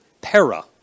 para